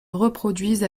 reproduisent